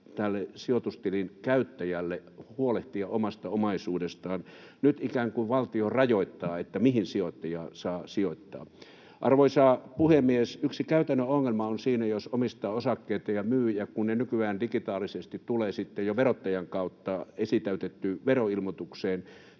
tälle sijoitustilin käyttäjälle huolehtia omasta omaisuudestaan. Nyt ikään kuin valtio rajoittaa, mihin sijoittaja saa sijoittaa. Arvoisa puhemies! Yksi käytännön ongelma on siinä, jos omistaa osakkeita ja myy. Kun ne nykyään digitaalisesti tulevat sitten jo verottajan kautta esitäytettyyn veroilmoitukseen,